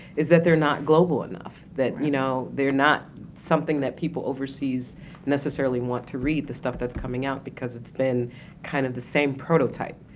is that they're not global enough, that you know they're not something that people overseas overseas necessarily want to read the stuff that's coming out because it's been kind of the same prototype.